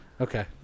Okay